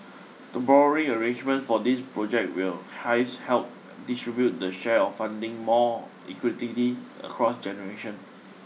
the borrowing arrangements for these project will hence help distribute the share of funding more equitably across generation